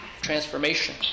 transformation